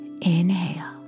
Inhale